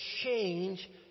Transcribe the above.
change